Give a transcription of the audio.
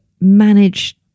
manage